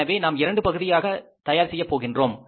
எனவே நாம் இரண்டு பகுதியாக தயார் செய்யப் போகின்றோம்